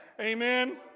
Amen